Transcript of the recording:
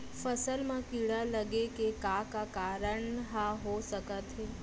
फसल म कीड़ा लगे के का का कारण ह हो सकथे?